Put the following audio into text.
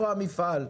המפעל?